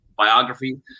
biography